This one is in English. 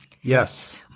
Yes